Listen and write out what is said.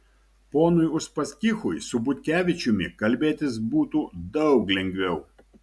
ponui uspaskichui su butkevičiumi kalbėtis būtų daug lengviau